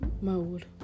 Mode